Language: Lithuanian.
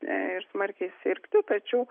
ir smarkiai sirgti tačiau